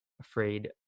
afraid